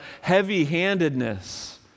heavy-handedness